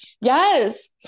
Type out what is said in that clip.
Yes